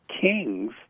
Kings